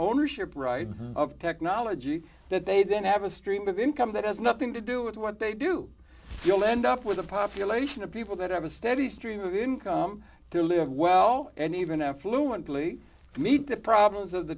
ownership rights of technology that they then have a stream of income that has nothing to do with what they do you'll end up with a population of people that have a steady stream of income to live well and even affluent really meet the problems of the